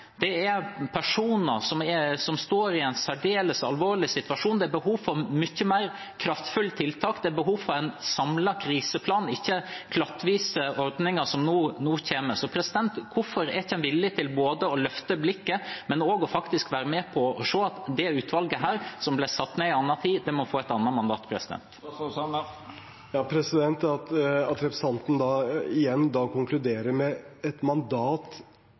Personer står i en særdeles alvorlig situasjon. Det er behov for mange flere kraftfulle tiltak. Det er behov for en samlet kriseplan, ikke klattvise ordninger som nå kommer. Hvorfor er man ikke villig til å løfte blikket og være med på å se at det utvalget som ble satt ned i en annen tid, må få et annet mandat? At representanten igjen konkluderer med et mandat til et utvalg som regjeringen har satt ned – jeg trodde Senterpartiet var litt opptatt av forskjell på regjering og storting. Når regjeringen setter ned et